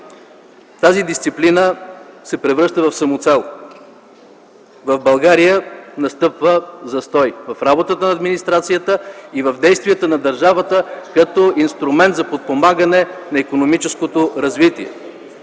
тази дисциплина се превръща в самоцел. В България настъпва застой в работата на администрацията и в действията на държавата, която е инструмент за подпомагане на икономическото развитие.